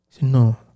No